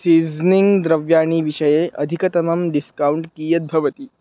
seasoning द्रव्याणि विषये अधिकतमं डिस्कौण्ट् कियद्भवति